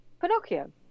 Pinocchio